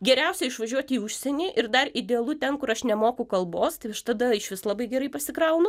geriausia išvažiuot į užsienį ir dar idealu ten kur aš nemoku kalbos tai aš tada išvis labai gerai pasikraunu